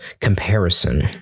comparison